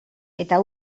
eta